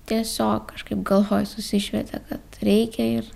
tiesiog kažkaip galvoj susišvietė kad reikia ir